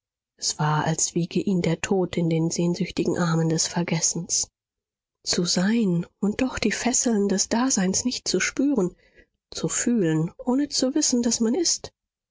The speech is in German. es war als wiege ihn der tod in den sehnsüchtigen armen des vergessens zu sein und doch die fesseln des daseins nicht zu spüren zu fühlen ohne zu wissen daß man ist